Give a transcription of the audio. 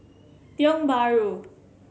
Tiong Bahru